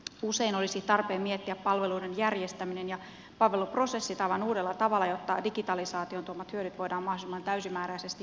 usein olisi tarpeen miettiä palveluiden järjestäminen ja palveluprosessit aivan uudella tavalla jotta digitalisaation tuomat hyödyt voidaan mahdollisimman täysimääräisesti hyödyntää